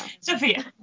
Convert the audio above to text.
Sophia